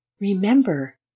Remember